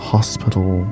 Hospital